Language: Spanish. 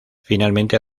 finalmente